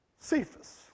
Cephas